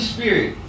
Spirit